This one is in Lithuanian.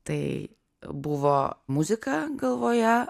tai buvo muzika galvoje